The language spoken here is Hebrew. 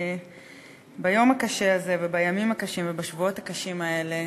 ביום הקשה הזה ובימים הקשים ובשבועות הקשים האלה,